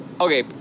Okay